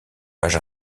page